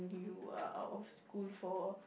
you are out of school for